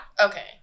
Okay